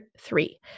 three